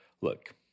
look